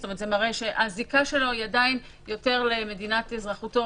זה מראה שהזיקה שלו היא עדיין יותר למדינת אזרחותו.